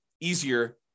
easier